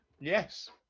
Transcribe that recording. Yes